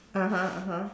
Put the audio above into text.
(uh huh) (uh huh)